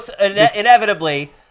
inevitably